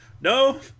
No